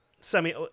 semi